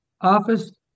office